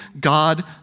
God